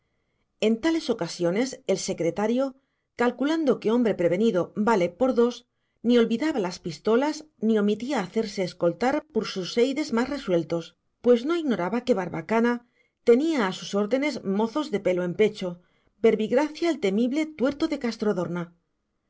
en tales ocasiones el secretario calculando que hombre prevenido vale por dos ni olvidaba las pistolas ni omitía hacerse escoltar por sus seides más resueltos pues no ignoraba que barbacana tenía a sus órdenes mozos de pelo en pecho verbigracia el temible tuerto de